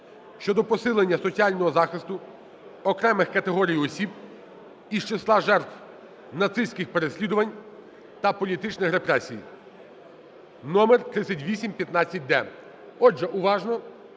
щодо посилення соціального захисту окремих категорій осіб із числа жертв нацистських переслідувань та політичних репресій (№3815-д). Отже, уважно!